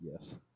Yes